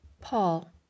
Paul